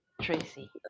Tracy